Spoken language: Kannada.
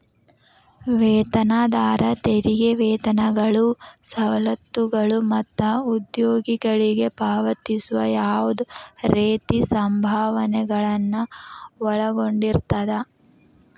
ವೇತನದಾರ ತೆರಿಗೆ ವೇತನಗಳು ಸವಲತ್ತುಗಳು ಮತ್ತ ಉದ್ಯೋಗಿಗಳಿಗೆ ಪಾವತಿಸುವ ಯಾವ್ದ್ ರೇತಿ ಸಂಭಾವನೆಗಳನ್ನ ಒಳಗೊಂಡಿರ್ತದ